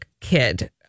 kid